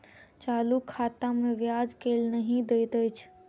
चालू खाता मे ब्याज केल नहि दैत अछि